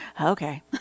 okay